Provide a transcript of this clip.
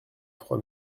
trois